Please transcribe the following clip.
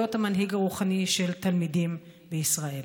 להיות המנהיג הרוחני של תלמידים בישראל?